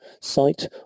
site